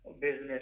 business